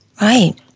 right